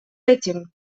этим